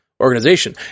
organization